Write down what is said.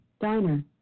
diner